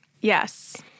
Yes